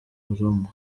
roma